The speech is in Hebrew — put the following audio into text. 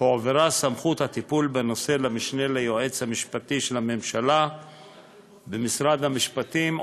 הועברה סמכות הטיפול בנושא למשנה ליועץ המשפטי של הממשלה במשרד המשפטים,